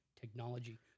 technology